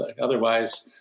Otherwise